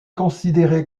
considéré